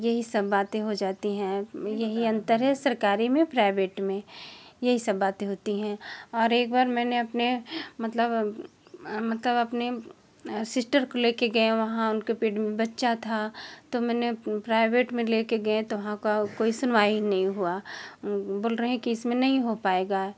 यही सब बातें हो जाती हैं में यही अंतर है सरकारी में प्राइवेट में यही सब बातें होती हैं और एक बार मैंने अपने मतलब मतलब अपने सिस्टर को लेके गए वहाँ उनके पेट में बच्चा था तो मैंने प्राइवेट में लेके गए तो वहाँ का कोई सुनवाई नहीं हुआ बोल रहे है कि इसमें नहीं हो पाएगा